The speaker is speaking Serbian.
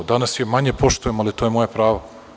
Danas je manje poštujem, ali to je moje pravo.